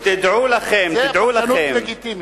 תדעו לכם, תדעו לכם, זאת פרשנות לגיטימית.